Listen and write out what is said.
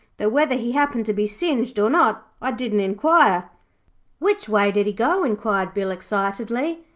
though whether he happened to be singed or not i didn't inquire which way did he go inquired bill excitedly.